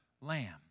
lamb